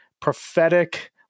prophetic